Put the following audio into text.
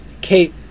Kate